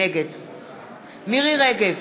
נגד מירי רגב,